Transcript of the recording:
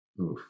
oof